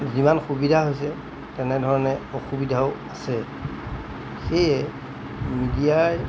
যিমান সুবিধা হৈছে তেনেধৰণে অসুবিধাও আছে সেয়ে মিডিয়াই